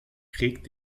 reg